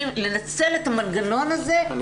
לנצל את המנגנון הזה ולאפשר פיטורים.